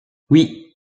oui